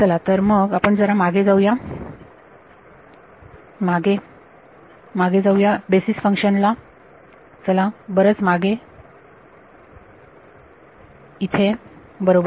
चला तर मग आपण जरा मागे जाऊ या मागे जाऊया बेसीस फंक्शन ला चला बरंच मागे इथे बरोबर